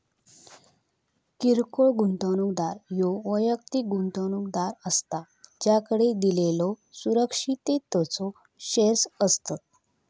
किरकोळ गुंतवणूकदार ह्यो वैयक्तिक गुंतवणूकदार असता ज्याकडे दिलेल्यो सुरक्षिततेचो शेअर्स असतत